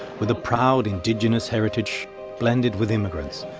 with a proud indigenous heritage blended with immigrants,